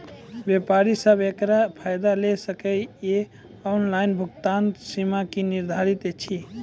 व्यापारी सब एकरऽ फायदा ले सकै ये? ऑनलाइन भुगतानक सीमा की निर्धारित ऐछि?